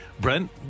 Brent